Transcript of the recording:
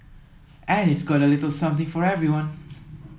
and it's got a little something for everyone